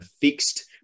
fixed